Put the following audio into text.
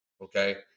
okay